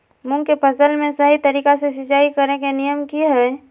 मूंग के फसल में सही तरीका से सिंचाई करें के नियम की हय?